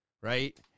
right